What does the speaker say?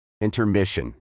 Intermission